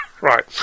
Right